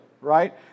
right